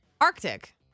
Arctic